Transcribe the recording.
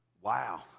Wow